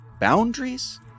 boundaries